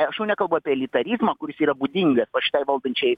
aš jau nekalbu apie elitarizmą kuris yra būdingas va šitai valdančiajai